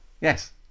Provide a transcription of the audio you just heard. Yes